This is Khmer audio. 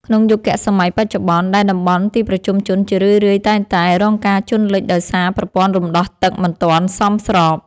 ក្នុងយុគសម័យបច្ចុប្បន្ន ដែលតំបន់ទីប្រជុំជនជារឿយៗតែងតែរងការជន់លិចដោយសារប្រព័ន្ធរំដោះទឹកមិនទាន់សមស្រប។